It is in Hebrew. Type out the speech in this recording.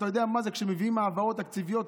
כשמביאים העברות תקציביות,